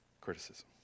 criticism